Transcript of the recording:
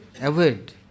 avoid